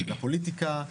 לפוליטיקה,